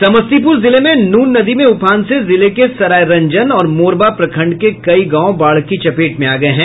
समस्तीपुर जिले में नून नदी में उफान से जिले के सरायरंजन और मोरबा प्रखंड के कई गांव बाढ़ की चपेट में आ गये हैं